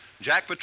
Jack